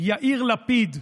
יאיר לפיד,